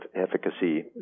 efficacy